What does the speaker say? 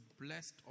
blessed